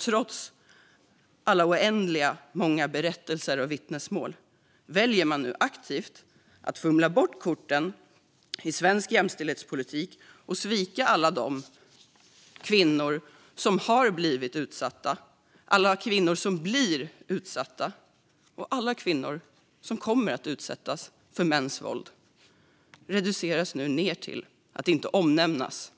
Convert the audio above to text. Trots oändligt många berättelser och vittnesmål väljer man nu aktivt att blanda bort korten i svensk jämställdhetspolitik och svika alla de kvinnor som har blivit utsatta, alla kvinnor som blir utsatta och alla kvinnor som kommer att utsättas för mäns våld. De reduceras nu till att inte omnämnas.